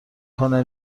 کنه